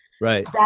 right